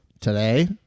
Today